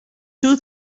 two